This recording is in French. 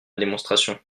démonstration